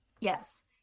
Yes